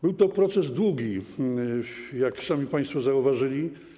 Był to proces długi, jak sami państwo zauważyli.